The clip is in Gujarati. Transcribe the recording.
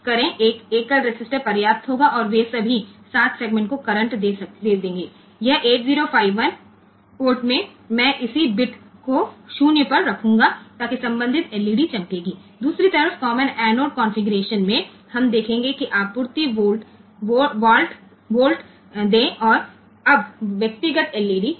અને આ એક જ રેઝિસ્ટન્સ ત્યાં પૂરતો હશે અને તેઓ આ પૅર ના 7 સેગમેન્ટ્સ ને કરંટ આપશે અને આ 8051 પોર્ટ માં છે અને હું અનુરૂપ બીટ ને 0 પર મૂકીશ જેથી અનુરૂપ LED ગ્લો થશે અને બીજી તરફ કોમન એનોડ કન્ફિગરેશન માં આપણે જોઈશું કે તે સપ્લાય વોલ્ટ આપશે અને પૃથક LED તેમના પોતાના રજીસ્ટર ધરાવતા હોય છે